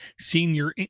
Senior